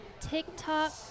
tiktok